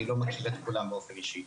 אני לא מכיר את כולם באופן אישי.